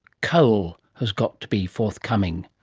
coal has got to be forthcoming.